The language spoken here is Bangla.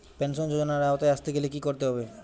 পেনশন যজোনার আওতায় আসতে গেলে কি করতে হবে?